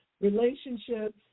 relationships